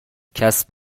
کسب